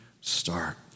start